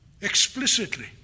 Explicitly